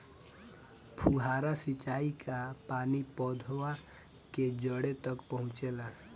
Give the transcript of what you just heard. फुहारा सिंचाई का पानी पौधवा के जड़े तक पहुचे ला?